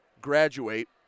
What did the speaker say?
graduate